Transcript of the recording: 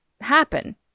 happen